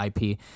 IP